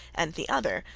and the other,